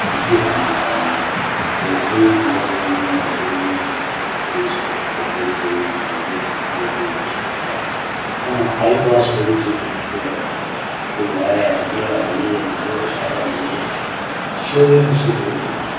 इ'यो कम्म कीता इ'नें होर कोई मतलब के ओह् नेईं ऐ टूरिजम ने कोई कटरे कोई मदद कीती ऐ कोई कुछ कीता ऐ हां आई वाश बड़ी ज ओह् ऐ कोई आया गेआ जे वो सारा मतलब कि शौमैनशिप बहुत जैदा ऐ